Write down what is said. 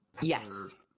Yes